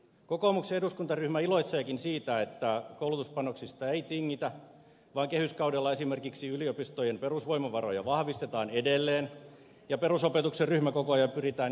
kokoomuksen eduskuntaryhmä iloitseekin siitä että koulutuspanostuksista ei tingitä vaan kehyskaudella esimerkiksi yliopistojen perusvoimavaroja vahvistetaan edelleen ja perusopetuksen ryhmäkokoja pyritään pienentämään